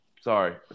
Sorry